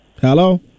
Hello